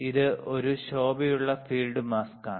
ഇത് ഒരു ശോഭയുള്ള ഫീൽഡ് മാസ്കാണ്